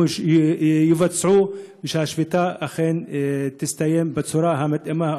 יבוצעו לאלתר ושהשביתה אכן תסתיים בצורה המתאימה,